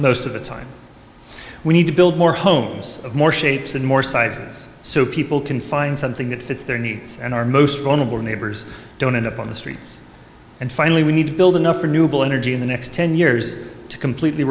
most of the time we need to build more homes of more shapes and more sizes so people can find something that fits their needs and our most vulnerable neighbors don't end up on the streets and finally we need to build enough a nubile energy in the next ten years to completely